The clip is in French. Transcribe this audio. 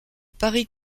paris